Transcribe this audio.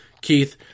Keith